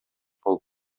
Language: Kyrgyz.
болуп